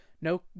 no